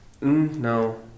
No